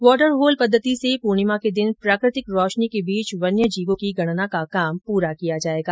water hole पद्वति से पूर्णिमा के दिन प्राकृतिक रोशनी के बीच वन्य जीवों की गणना का काम पूरा किया जायेगा